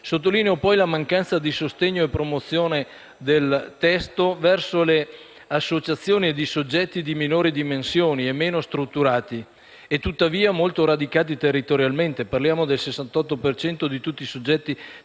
Sottolineo poi la mancanza di sostegno e promozione del testo verso le associazioni ed i soggetti di minori dimensioni, meno strutturati e tuttavia molto radicati territorialmente. Parliamo del 68 per cento di tutti i soggetti censiti